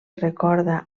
recorda